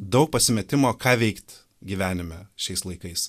daug pasimetimo ką veikt gyvenime šiais laikais